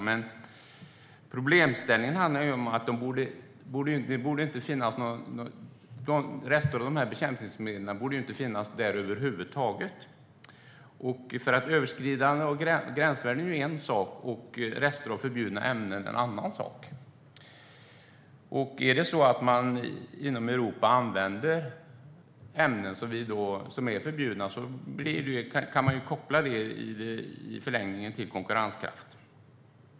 Men det borde ju inte finnas några rester av de här bekämpningsmedlen där över huvud taget. Att överskrida gränsvärden är en sak och rester av förbjudna ämnen en annan sak. Om man i Europa använder ämnen som är förbjudna kan det i förlängningen kopplas till konkurrenskraft.